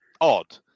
odd